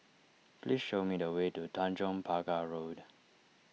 please show me the way to Tanjong Pagar Road